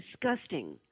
disgusting